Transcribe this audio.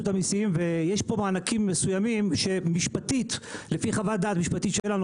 המיסים ויש פה מענקים מסוימים שלפי חוות דעת משפטית שלנו,